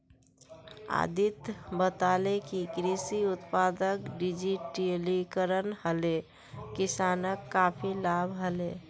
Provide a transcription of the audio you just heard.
अदित्य बताले कि कृषि उत्पादक डिजिटलीकरण हले किसानक काफी लाभ हले